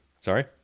sorry